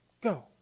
Go